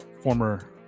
former